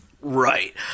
Right